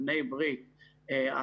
בני ברית,